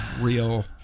real